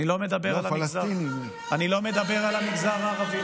אני לא מדבר על המגזר הערבי.